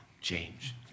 change